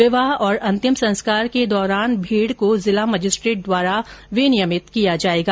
विवाह और अंतिम संस्कार के दौरान भीड़ को जिला मजिस्ट्रेट द्वारा विनियमित किया जाएगा